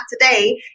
today